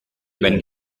when